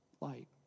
light